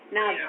Now